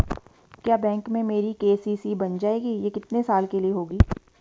क्या बैंक में मेरी के.सी.सी बन जाएगी ये कितने साल के लिए होगी?